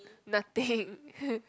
nothing